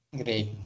great